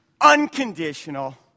unconditional